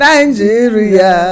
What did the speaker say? Nigeria